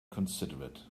considerate